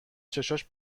چشاش